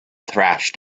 thrashed